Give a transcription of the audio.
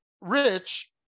rich